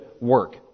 work